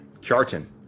Kjartan